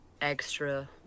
extra